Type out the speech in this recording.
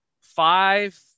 five